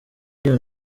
iyo